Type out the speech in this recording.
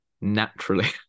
naturally